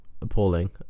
appalling